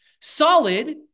Solid